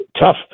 tough